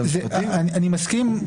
אני מסכים,